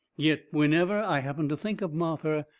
yet, whenever i happened to think of martha,